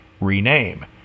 Rename